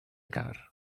gar